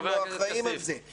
הם לא אחראיים על זה.